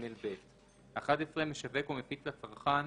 7ג(ב); (11)משווק או מפיץ לצרכן